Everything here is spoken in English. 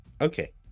Okay